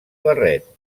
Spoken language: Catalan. barret